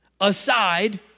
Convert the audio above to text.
aside